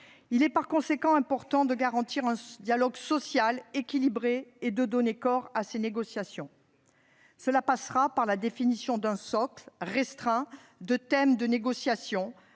Il est par conséquent important de garantir un dialogue social équilibré et de donner corps à ces négociations. Cela passera par la définition d'un socle restreint de thèmes de négociations